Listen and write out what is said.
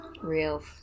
real